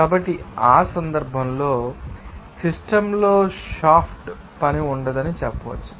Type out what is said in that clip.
కాబట్టి ఆ సందర్భంలో మీరు సిస్టమ్లో షాఫ్ట్ పని ఉండదని చెప్పవచ్చు